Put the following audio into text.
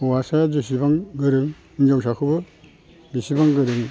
हौवासाया बिसिबां गोरों हिनजावसाखौबो बेसेबां गोरों